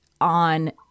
on